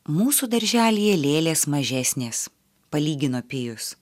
mūsų darželyje lėlės mažesnės palygino pijus